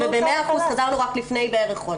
ול-100% חזרנו רק לפני בערך חודש.